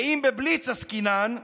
ואם בבליץ עסקינן,